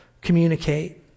communicate